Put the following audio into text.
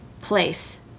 place